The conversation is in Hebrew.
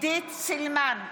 עידית סילמן,